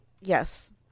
Yes